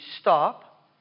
stop